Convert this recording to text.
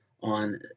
on